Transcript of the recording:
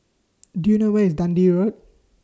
Do YOU know Where IS Dundee Road